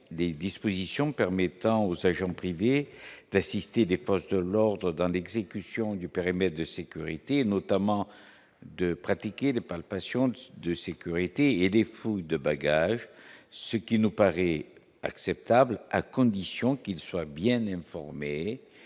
des dispositions permettant aux agents privés d'assister des proches de l'ordre dans l'exécution du périmètre de sécurité, notamment de pratiquer des palpations de sécurité et des fouilles de bagages, ce qui nous paraît acceptable à condition qu'il soit bien informé,